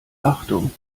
achtung